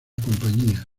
compañía